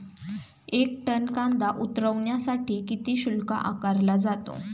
एक टन कांदा उतरवण्यासाठी किती शुल्क आकारला जातो?